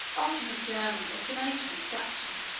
often of german or sarmatian extraction,